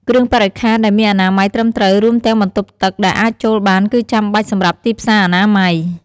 គ្រឿងបរិក្ខារដែលមានអនាម័យត្រឹមត្រូវ រួមទាំងបន្ទប់ទឹកដែលអាចចូលបានគឺចាំបាច់សម្រាប់ទីផ្សារអនាម័យ។